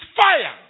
fire